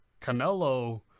Canelo